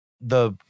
the-